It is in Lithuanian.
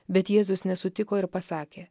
bet jėzus nesutiko ir pasakė